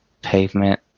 Pavement